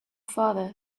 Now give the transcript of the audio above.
father